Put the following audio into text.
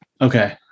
Okay